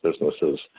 businesses